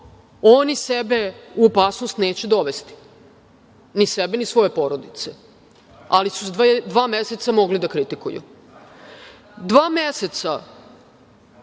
oni sebe u opasnost neće dovesti, ni sebe, ni svoje porodice, ali su dva meseca mogli da kritikuju. Dva meseca